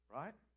right